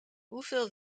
hoeveel